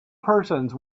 persons